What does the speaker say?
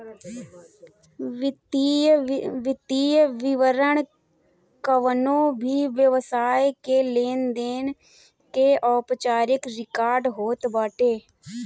वित्तीय विवरण कवनो भी व्यवसाय के लेनदेन के औपचारिक रिकार्ड होत बाटे